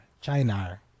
China